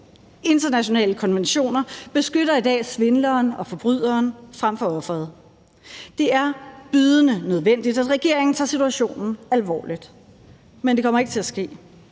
Internationale konventioner beskytter i dag svindleren og forbryderen frem for offeret. Det er bydende nødvendigt, at regeringen tager situationen alvorligt. Men det kommer ikke til at ske.